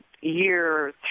year